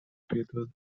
piedod